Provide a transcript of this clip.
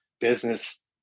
business